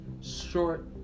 short